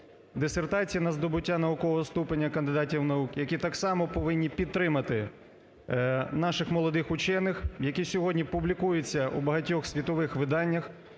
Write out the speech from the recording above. дисертації на здобуття наукового ступеня кандидатів наук, які так само повинні підтримати наших молодих вчених, які сьогодні публікуються у багатьох світових виданнях,